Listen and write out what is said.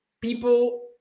people